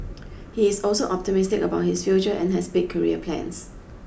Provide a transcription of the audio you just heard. he is also optimistic about his future and has big career plans